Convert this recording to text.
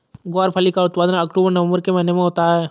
ग्वारफली का उत्पादन अक्टूबर नवंबर के महीने में होता है